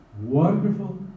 Wonderful